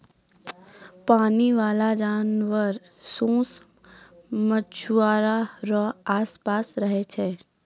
पानी बाला जानवर सोस मछुआरा रो आस पास रहै छै